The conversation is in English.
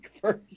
first